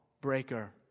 breaker